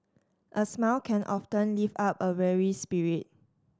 a smile can often lift up a weary spirit